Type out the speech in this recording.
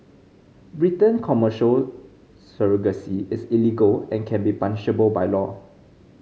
Britain Commercial surrogacy is illegal and can be punishable by law